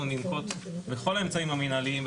אנחנו ננקוט בכל האמצעים המנהליים,